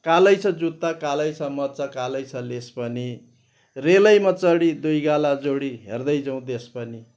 कालै छ जुत्ता कालै छ मोचा कालै छ लेस पनि रेलैमा चढी दुई गाला जोडी हेर्दै जाउँ देस पनि